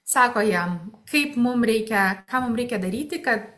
sako jam kaip mum reikia ką mum reikia daryti kad